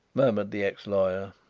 murmured the ex-lawyer,